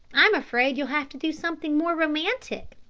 i'm afraid you'll have to do something more romantic.